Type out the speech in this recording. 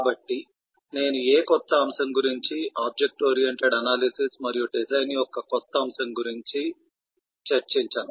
కాబట్టి నేను ఏ కొత్త అంశం గురించి ఆబ్జెక్ట్ ఓరియెంటెడ్ అనాలిసిస్ మరియు డిజైన్ యొక్క కొత్త అంశం గురించి చర్చించను